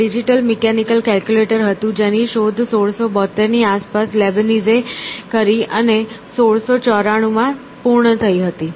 તે digital mechanical calculator હતું જેની શોધ 1672 ની આસપાસ લીબનીઝે કરી હતી અને 1694 માં પૂર્ણ થઈ હતી